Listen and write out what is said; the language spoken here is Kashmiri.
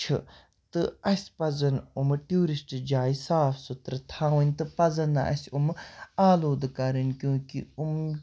چھِ تہٕ اَسہِ پَزَن یِمہٕ ٹیوٗرِسٹہٕ جایہِ صاف سُتھرٕ تھاوٕنۍ تہٕ پَزَن نہٕ اَسہِ یِمہٕ آلوٗدٕ کَرٕنۍ کیوں کہِ یِم